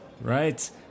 right